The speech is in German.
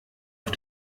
auf